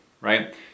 right